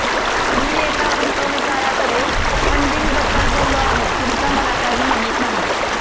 मी एका गुंतवणूकदाराकडे फंडिंगबद्दल बोललो आहे, पुढचं मला काही माहित नाही